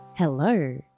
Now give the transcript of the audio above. Hello